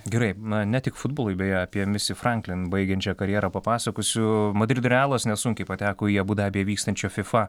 gerai na ne tik futbolui beje apie misi franklin baigiančią karjerą papasakosiu madrido realas nesunkiai pateko į abu dabyje vykstančio fifa